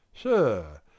Sir